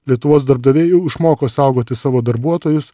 lietuvos darbdaviai jau išmoko saugoti savo darbuotojus